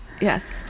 yes